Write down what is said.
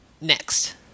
Next